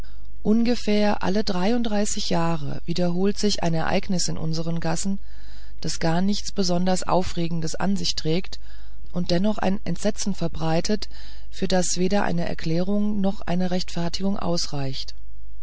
ungefähr alle dreiunddreißig jahre wiederholt sich ein ereignis in unsern gassen das gar nichts besonders aufregendes an sich trägt und dennoch ein entsetzen verbreitet für das weder eine erklärung noch eine rechtfertigung ausreicht